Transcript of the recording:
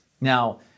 now